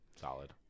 solid